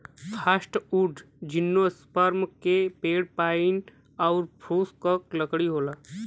softwood gymnosperm के पेड़ pine आउर स्प्रूस क लकड़ी होला